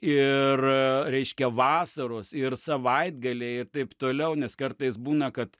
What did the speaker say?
ir reiškia vasaros ir savaitgaliai ir taip toliau nes kartais būna kad